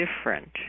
different